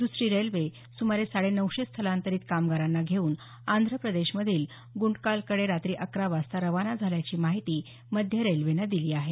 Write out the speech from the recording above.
दुसरी रेल्वे सुमारे साडे नऊशे स्थलांतरित कामगारांना घेऊन आंध्र प्रदेशमधील गुंटकालकडे रात्री अकरा वाजता रवाना झाल्याची माहितीही मध्य रेल्वेनं दिली आहे